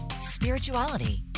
spirituality